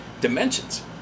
dimensions